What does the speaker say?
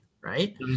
Right